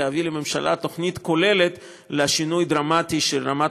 להביא לממשלה תוכנית כוללת לשינוי דרמטי של רמת